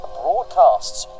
broadcasts